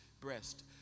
breast